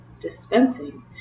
dispensing